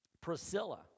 Priscilla